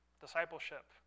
discipleship